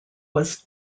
was